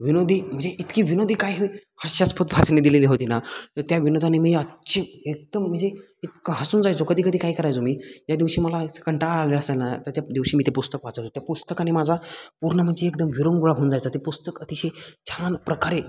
विनोदी म्हणजे इतकी विनोदी काही हास्यास्पद भाषणे दिलेली होती ना त्या विनोदाने मी आजची एकदम म्हणजे इतका हसून जायचो कधी कधी काय करायचो मी ज्या दिवशी मला कंटाळा आलेला असेल ना तर त्या दिवशी मी ते पुस्तक वाचायचो त्या पुस्तकाने माझा पूर्ण म्हणजे एकदम विरंगूळा होऊन जायचा ते पुस्तक अतिशय छान प्रकारे